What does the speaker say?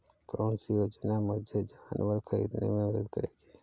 कौन सी योजना मुझे जानवर ख़रीदने में मदद करेगी?